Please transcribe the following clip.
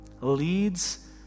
leads